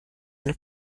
eine